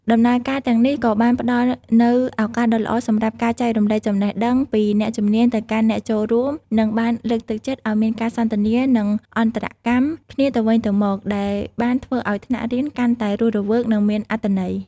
ដំណើរការទាំងនេះក៏បានផ្តល់នូវឱកាសដ៏ល្អសម្រាប់ការ ចែករំលែកចំណេះដឹង ពីអ្នកជំនាញទៅកាន់អ្នកចូលរួម និងបានលើកទឹកចិត្តឱ្យមាន ការសន្ទនា និងអន្តរកម្ម គ្នាទៅវិញទៅមក ដែលបានធ្វើឱ្យថ្នាក់រៀនកាន់តែរស់រវើកនិងមានអត្ថន័យ។